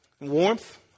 Warmth